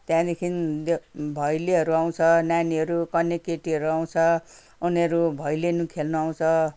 त्यहाँदेखि भैलेहरू आउँछ नानीहरू कन्ने केटीहरू आउँछ उनीहरू भैलेनी खेल्नु आउँछ